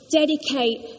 dedicate